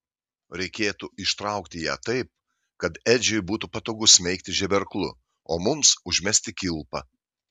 reikėtų ištraukti ją taip kad edžiui būtų patogu smeigti žeberklu o mums užmesti kilpą